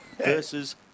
versus